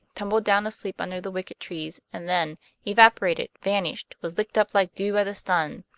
tumbled down asleep under the wicked trees, and then evaporated, vanished, was licked up like dew by the sun.